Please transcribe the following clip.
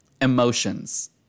emotions